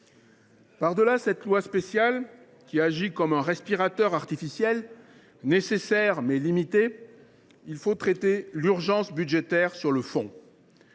Par delà cette loi spéciale, qui agit comme un respirateur artificiel, nécessaire mais limité, il faut traiter l’urgence budgétaire sur le fond.